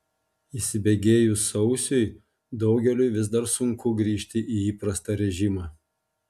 įsibėgėjus sausiui daugeliui vis dar sunku grįžti į įprastą režimą